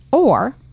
or,